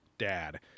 Dad